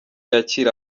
yakire